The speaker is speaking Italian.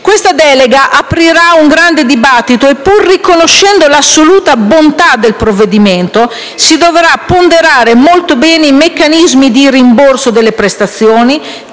Questa delega aprirà un grande dibattito e, pur riconoscendo l'assoluta bontà del provvedimento, si dovrà ponderare molto bene i meccanismi di rimborso delle prestazioni